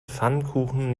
pfannkuchen